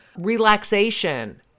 relaxation